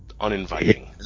uninviting